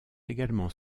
également